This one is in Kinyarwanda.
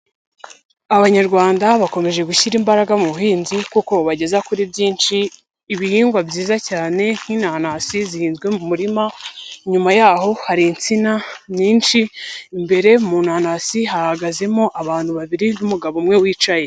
Abanyarwanda bakomeje gushyira imbaraga mu buhinzi kuko bubageza kuri byinshi. Ibihingwa byiza cyane nk'inanasi zihinzwe mu murima, nyuma y'aho hari insina nyinshi, imbere mu nanasi hahagazemo abantu babiri n'umugabo umwe wicaye.